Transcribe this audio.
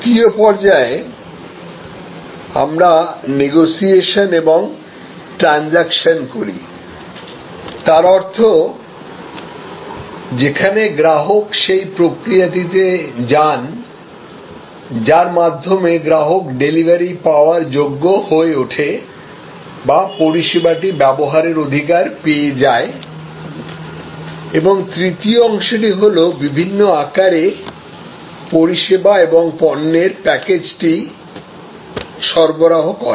দ্বিতীয় পর্যায়ে আমরা নেগোসিয়েশন এবং ট্রানজাকশন করি তার অর্থ যেখানে গ্রাহক সেই প্রক্রিয়াতে যান যার মাধ্যমে গ্রাহক ডেলিভারি পাওয়ার যোগ্য হয়ে ওঠে বা পরিষেবাটি ব্যবহারের অধিকার পেয়ে যায় এবং তৃতীয় অংশটি হলো বিভিন্ন আকারে পরিষেবা এবং পণ্যের প্যাকেজটি সরবরাহ করা